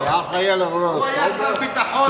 הוא היה שר ביטחון אז?